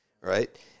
Right